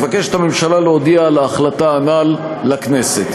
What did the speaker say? מבקשת הממשלה להודיע על ההחלטה הנ"ל לכנסת.